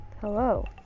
hello